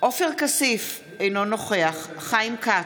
עופר כסיף, אינו נוכח חיים כץ,